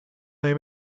nei